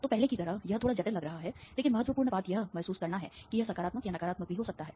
तो पहले की तरह यह थोड़ा जटिल लग रहा है लेकिन महत्वपूर्ण बात यह महसूस करना है कि यह सकारात्मक या नकारात्मक भी हो सकता है